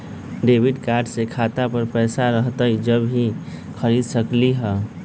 Debit card से खाता पर पैसा रहतई जब ही खरीद सकली ह?